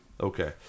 Okay